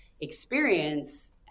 experience